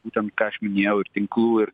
būtent ką aš minėjau ir tinklų ir